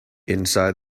inside